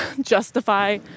justify